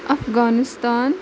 Afghanistan